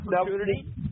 opportunity